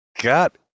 got